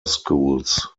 schools